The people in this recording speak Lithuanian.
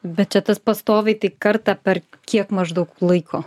bet čia tas pastoviai tik kartą per kiek maždaug laiko